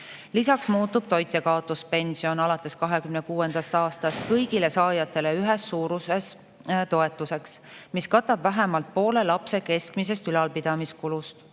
Lisaks muutub toitjakaotuspension alates 2026. aastast kõigile saajatele ühes suuruses toetuseks, mis katab vähemalt poole keskmisest lapse ülalpidamiskulust.